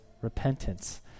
repentance